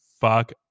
fuck